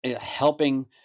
helping